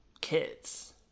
kids